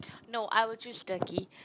no I will choose Turkey